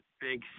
big